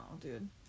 dude